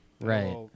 Right